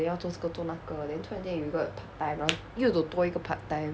then 要做这个做那个 then 突然间有个一个 part-time mah 又有多一个 part-time